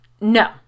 No